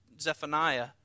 Zephaniah